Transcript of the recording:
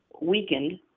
weakened